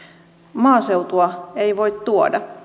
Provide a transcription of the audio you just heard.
maaseutua ei voi tuoda